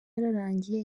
yararangiye